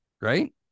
right